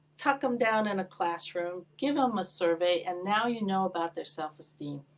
tuck them down in a classroom, give them a survey, and now you know about their self-esteem.